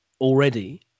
already